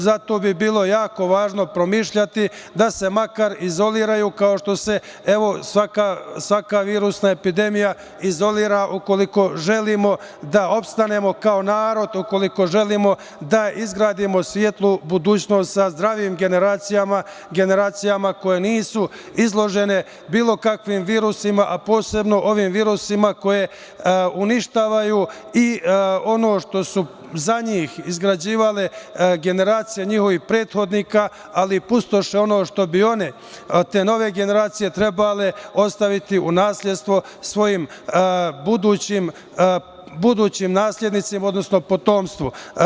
Zato bi bilo jako važno promišljati da se makar izoliraju, kao što se, evo, svaka virusna epidemija izolira ukoliko želimo da opstanemo kao narod, ukoliko želimo da izgradimo svetlu budućnost sa zdravim generacijama, generacijama koje nisu izložene bilo kakvim virusima, a posebno ovim virusima koji uništavaju i ono što su za njih izgrađivale generacije njihovih prethodnika, ali pustoše ono što bi one, te nove generacije trebale ostaviti u nasledstvo svojim budućim naslednicima, odnosno potomstvu.